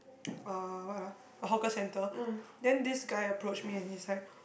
uh what ah a hawker centre then this guy approach me and he's like